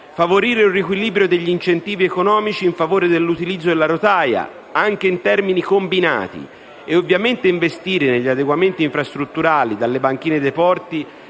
favorire un riequilibrio degli incentivi economici in favore dell'utilizzo della rotaia anche in termini combinati e ovviamente investire negli adeguamenti infrastrutturali, dalle banchine dei porti